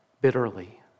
bitterly